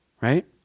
right